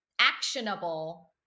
actionable